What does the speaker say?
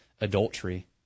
adultery